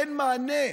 אין מענה.